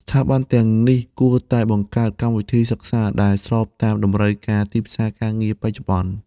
ស្ថាប័នទាំងនេះគួរតែបង្កើតកម្មវិធីសិក្សាដែលស្របតាមតម្រូវការទីផ្សារការងារបច្ចុប្បន្ន។